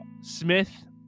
Smith